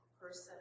person